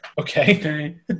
Okay